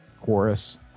chorus